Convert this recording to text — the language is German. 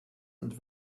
und